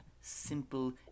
simple